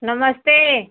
नमस्ते